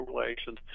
relations